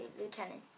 Lieutenant